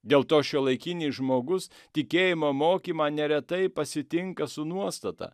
dėl to šiuolaikinis žmogus tikėjimo mokymą neretai pasitinka su nuostata